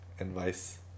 advice